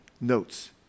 notes